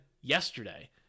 yesterday